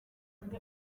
undi